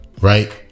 right